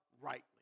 rightly